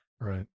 Right